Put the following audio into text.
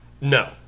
No